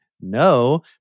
no